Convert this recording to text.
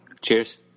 Cheers